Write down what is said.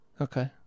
Okay